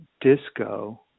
disco